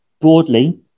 Broadly